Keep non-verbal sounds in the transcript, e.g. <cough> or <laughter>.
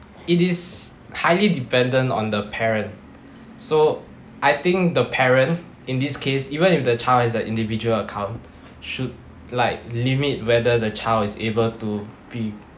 it is highly dependent on the parent <breath> so I think the parent in this case even if the child has an individual account should like limit whether the child is able to be